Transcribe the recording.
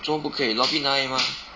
做么不可以 lobby 拿而已 mah